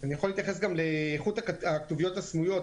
אני יכול להתייחס גם לאיכות הכתוביות הסמויות,